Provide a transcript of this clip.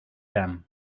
them